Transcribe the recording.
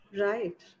Right